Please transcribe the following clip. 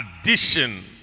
Addition